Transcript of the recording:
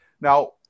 Now